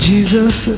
Jesus